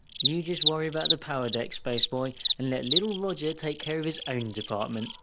you just worry about the power deck, spaceboy, and let little roger take care of his own department,